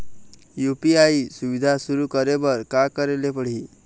UPI सुविधा शुरू करे बर का करे ले पड़ही?